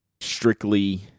strictly